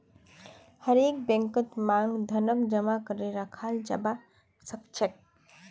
हरेक बैंकत मांग धनक जमा करे रखाल जाबा सखछेक